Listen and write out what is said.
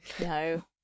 no